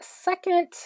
second